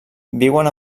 viuen